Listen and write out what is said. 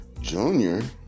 Junior